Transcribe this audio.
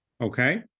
Okay